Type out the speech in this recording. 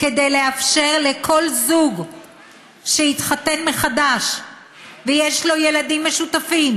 כדי לאפשר לכל זוג שהתחתן מחדש ויש לו ילדים משותפים